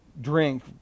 drink